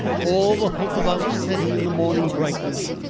all the hope of outsetting in the morning brightness,